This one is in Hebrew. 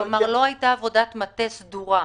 כלומר, לא הייתה עבודת מטה סדורה.